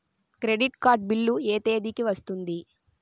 Credit card bill ఎ తేదీ కి వస్తుంది?